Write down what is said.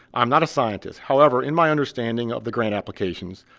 i'm not a scientist. however, in my understanding of the grant applications,